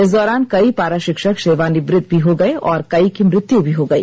इस दौरान कई पारा शिक्षक सेवानिवृत भी हो गए और कई की मृत्यु भी हो गई